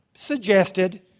suggested